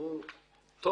הוא טוב.